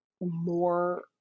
more